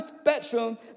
spectrum